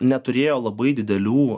neturėjo labai didelių